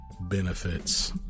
benefits